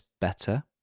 better